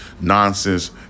nonsense